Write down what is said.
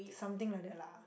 something like that lah